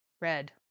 red